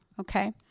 okay